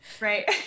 Right